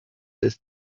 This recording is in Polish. jest